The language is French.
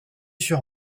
sur